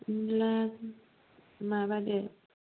होमब्ला माबादो